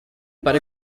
but